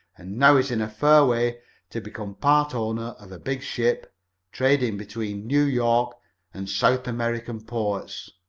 and now is in a fair way to become part owner of a big ship trading between new york and south american ports.